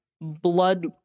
Blood